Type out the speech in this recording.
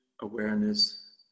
awareness